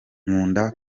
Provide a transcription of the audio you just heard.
nkunda